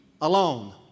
alone